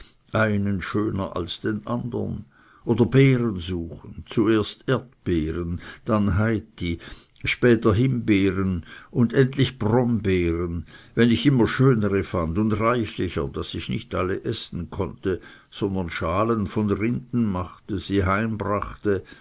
einen schöner als den andern oder beeren suchen zuerst erdbeeren dann heiti später himbeeren und endlich brombeeren wenn ich immer schönere fand und reichlicher daß ich nicht alle essen konnte sondern schalen von rinden machte sie